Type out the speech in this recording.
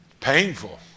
Painful